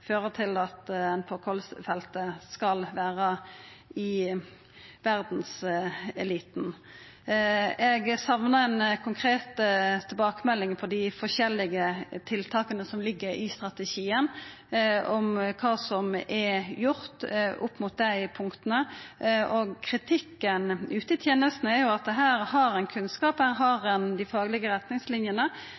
til at vi skal vera i verdseliten på kols-feltet. Eg saknar ei konkret tilbakemelding på dei forskjellige tiltaka som ligg i strategien – om kva som er gjort opp mot dei punkta. Kritikken ute i tenestene er at her har ein kunnskap, her har ein dei faglege retningslinjene,